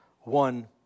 one